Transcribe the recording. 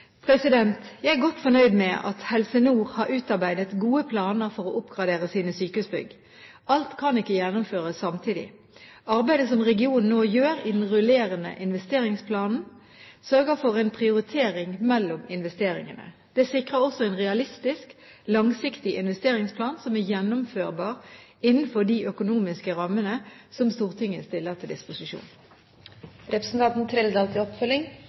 Jeg er godt fornøyd med at Helse Nord har utarbeidet gode planer for å oppgradere sine sykehusbygg. Alt kan ikke gjennomføres samtidig. Arbeidet som regionen nå gjør i den rullerende investeringsplanen, sørger for en prioritering mellom investeringene. Det sikrer en realistisk, langsiktig investeringsplan som er gjennomførbar innenfor de økonomiske rammene som Stortinget stiller til disposisjon. Helse Nord har hele tiden sagt at de er klare til